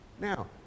Now